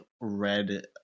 red